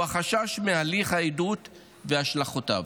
הוא החשש מהליך העדות והשלכותיו,